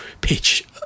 pitch